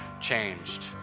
changed